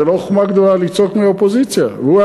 זו לא חוכמה גדולה לצעוק מהאופוזיציה.